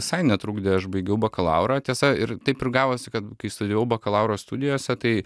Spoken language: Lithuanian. visai netrukdė aš baigiau bakalaurą tiesa ir taip ir gavosi kad kai studijavau bakalauro studijose tai